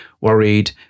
worried